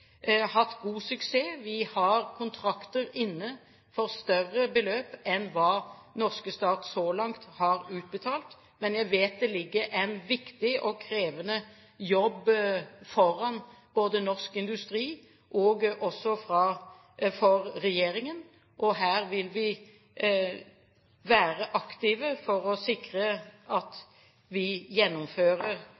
faktisk hatt god suksess. Vi har kontrakter inne for større beløp enn hva den norske stat så langt har utbetalt. Men jeg vet det her ligger en viktig og krevende jobb foran både norsk industri og regjeringen. Her vil vi være aktive for å sikre at